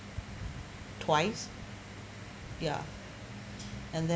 twice ya and then